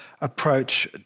approach